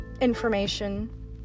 information